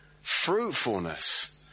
Fruitfulness